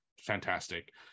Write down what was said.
fantastic